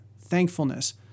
thankfulness